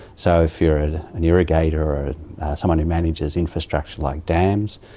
so if you are ah an irrigator or someone who manages infrastructure like dams,